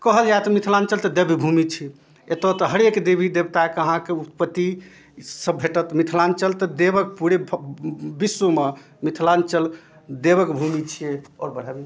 कहल जाए तऽ मिथिलाञ्चल तऽ देवभूमि छी एतऽ तऽ हरेक देवी देवताके अहाँके उत्पति ईसब भेटत मिथिलाञ्चल तऽ देवके पूरे विश्वमे मिथिलाञ्चल देवके भूमि छिए आओर बढ़ाबिए